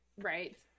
right